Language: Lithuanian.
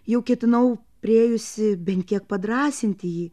jau ketinau priėjusi bent kiek padrąsinti jį